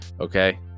Okay